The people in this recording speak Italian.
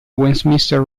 westminster